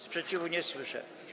Sprzeciwu nie słyszę.